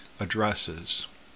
addresses